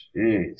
Jeez